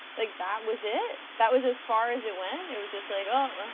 like that was it, that was as far as it went, it was just like, oh,